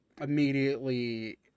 immediately